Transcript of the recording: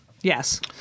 Yes